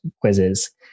quizzes